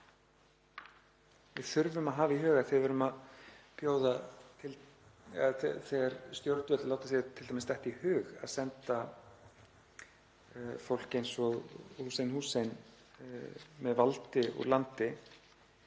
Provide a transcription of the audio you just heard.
við þurfum að hafa í huga þegar stjórnvöld láta sér t.d. detta í hug að senda fólk eins og Hussein Hussein með valdi úr landi,